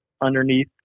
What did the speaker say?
underneath